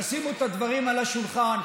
תשימו את הדברים על השולחן,